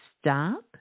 stop